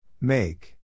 Make